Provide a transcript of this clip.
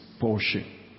portion